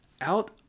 out